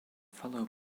fellow